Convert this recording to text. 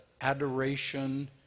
adoration